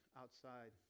outside